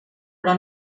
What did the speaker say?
però